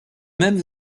même